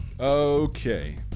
Okay